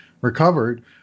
recovered